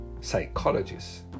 psychologists